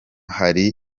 hari